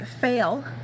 fail